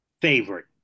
favorite